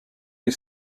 les